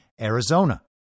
Arizona